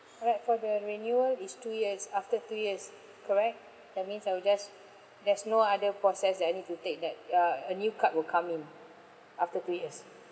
alright for the renewal is two years after two years correct that means I'll just there's no other process that I need to take that uh a new card will come in after two years